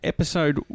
Episode